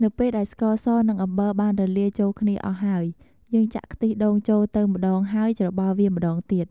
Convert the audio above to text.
នៅពេលដែលស្ករស និងអំបិលបានរលាយចូលគ្នាអស់ហើយ យើងចាក់ខ្ទិះដូងចូលទៅម្ដងហើយច្របល់វាម្ដងទៀត។